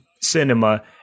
cinema